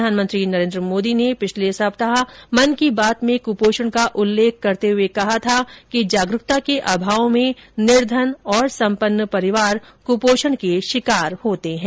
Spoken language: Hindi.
प्रधानमंत्री नरेन्द्र मोदी ने पिछले सप्ताह मन की बात में कुपोषण का उल्लेख करते हए कहा था जागरूकता के अभाव में निर्धन और संपन्न परिवार कपोषण के शिकार होते हैं